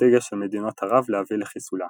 אסטרטגיה של מדינות ערב להביא לחיסולה.